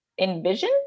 envision